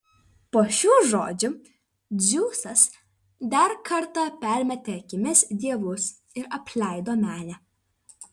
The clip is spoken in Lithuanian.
po šių žodžių dzeusas dar kartą permetė akimis dievus ir apleido menę